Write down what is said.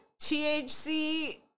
THC